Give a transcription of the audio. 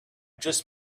just